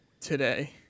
today